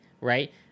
right